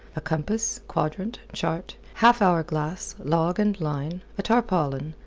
a compass, quadrant, chart, half-hour glass, log and line, a tarpaulin,